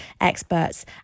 experts